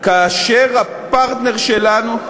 כאשר הפרטנר שלנו,